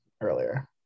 earlier